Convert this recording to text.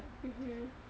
mmhmm